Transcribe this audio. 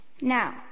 Now